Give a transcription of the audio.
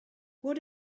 what